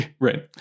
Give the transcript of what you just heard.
Right